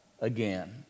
again